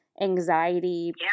anxiety